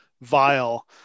vile